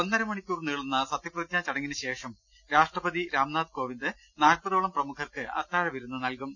ഒന്നര മണിക്കൂർ നീളുന്ന സത്യപ്രതിജ്ഞാ ചടങ്ങിന് ശേഷം രാഷ്ട്രപതി രാംനാഥ് കോവിന്ദ് നാൽപതോളം പ്രമുഖർക്ക് അത്താഴ വിരുന്ന് നൽകും